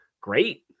Great